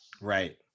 Right